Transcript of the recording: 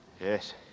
Yes